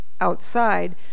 outside